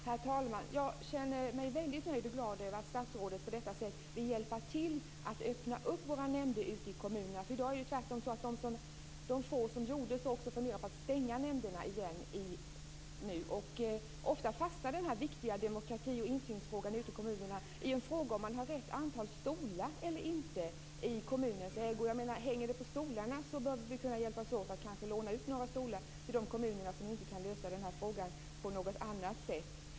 Herr talman! Jag känner mig väldigt nöjd och glad över att statsrådet på detta sätt vill hjälpa till att öppna våra nämnder ute i kommunerna. I dag är det ju tvärtom så att de få som gjorde så också funderar på att stänga nämnderna igen nu. Ofta fastnar den här viktiga demokrati och insynsfrågan ute i kommunerna i frågor om man har rätt antal stolar eller inte i kommunens ägo. Jag menar: Hänger det på stolarna så bör vi väl kunna hjälpas åt att kanske låna ut några stolar till de kommuner som inte kan lösa den här frågan på något annat sätt!